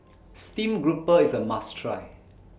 Steamed Grouper IS A must Try